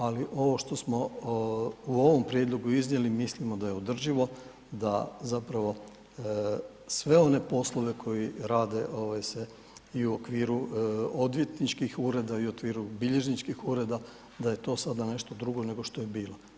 Ali ovo što smo u ovom prijedlogu iznijeli mislimo da je održivo da zapravo sve one poslove koji rade se i u okviru odvjetničkih ureda i u okviru bilježničkih ureda da je to sada nešto drugo nešto što je bilo.